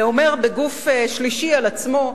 ואומר בגוף שלישי על עצמו: